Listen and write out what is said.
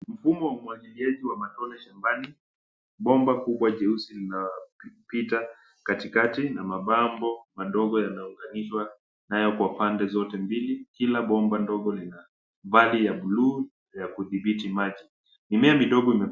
Mfumo wa umwagiliaji wa matone shambani, bomba kubwa jeusi inapita katikati na mabambo madogo yanaunganishwa haya kwa pande zote mbili kila bomba ndogo lina bagi ya buluu ya kudhibiti maji. Mimea midogo ime....